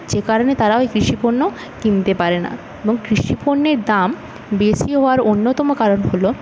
যে কারণে তারা ওই কৃষিপণ্য কিনতে পারে না এবং কৃষিপণ্যের দাম বেশী হওয়ার অন্যতম কারণ হল